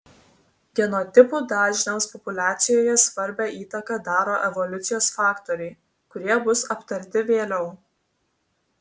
genotipų dažniams populiacijoje svarbią įtaką daro evoliucijos faktoriai kurie bus aptarti vėliau